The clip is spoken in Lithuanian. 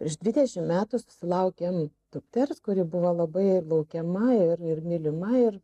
prieš dvidešimt metų susilaukėm dukters kuri buvo labai laukiama ir ir mylima ir